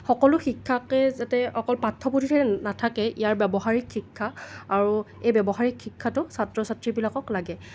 সকলো শিক্ষাকেই যাতে অকল পাঠ্যপুথিতে নাথাকে ইয়াৰ ব্যৱহাৰিক শিক্ষা আৰু এই ব্যৱহাৰিক শিক্ষাটো ছাত্ৰ ছাত্ৰীবিলাকক লাগে